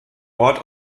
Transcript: ort